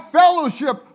fellowship